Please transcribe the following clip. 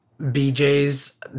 BJ's